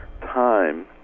time